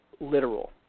literal